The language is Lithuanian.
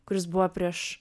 kuris buvo prieš